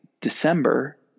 December